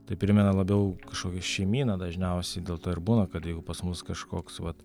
tai primena labiau kažkokią šeimyną dažniausiai dėl to ir būna kad jeigu pas mus kažkoks vat